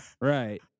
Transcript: Right